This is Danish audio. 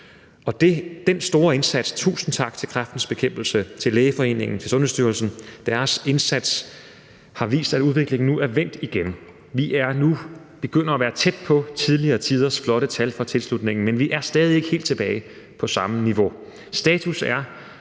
For den store indsats: Tusind tak til Kræftens Bekæmpelse, til Lægeforeningen og til Sundhedsstyrelsen. Deres indsats har vist, at udviklingen nu er vendt igen. Vi begynder nu at være tæt på tidligere tiders flotte tal for tilslutningen, men vi er stadig ikke helt tilbage på samme niveau. Status var